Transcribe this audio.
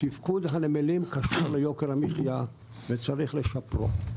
תפקוד הנמלים קשור ליוקר המחיה ויש לשפרו.